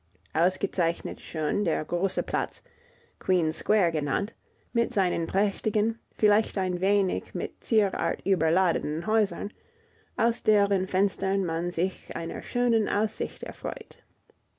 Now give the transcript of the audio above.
ausgezeichnet schön der große platz queen's square genannt mit seinen prächtigen vielleicht ein wenig mit zierart überladenen häusern aus deren fenstern man sich einer schönen aussicht erfreut